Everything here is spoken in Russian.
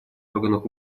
органах